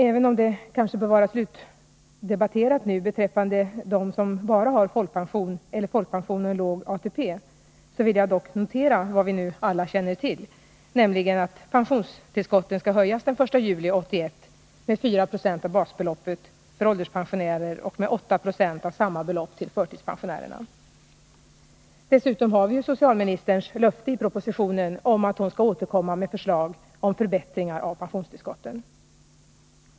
Även om det kanske nu bör vara slutdebatterat beträffande dem som bara har folkpension eller folkpension och låg ATP vill jag notera vad vi nu alla känner till, nämligen att pensionstillskotten skall höjas den 1 juli 1981 med 4 90 av basbeloppet för ålderspensionärer och med 8 96 av samma belopp för förtidspensionärer. Dessutom har vi socialministerns löfte i propositionen om att hon skall återkomma med förslag till förbättringar av pensionstillskotten.